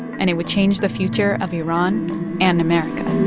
and it would change the future of iran and america